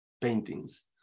paintings